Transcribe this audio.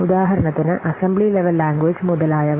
ഉദാഹരണത്തിന് assembly level language മുതലായവ